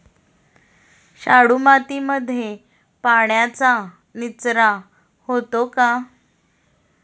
शाडू मातीमध्ये पाण्याचा निचरा होतो का?